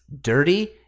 dirty